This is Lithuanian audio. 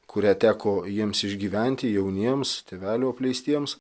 kurią teko jiems išgyventi jauniems tėvelių apleistiems